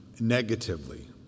negatively